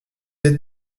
êtes